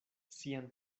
sian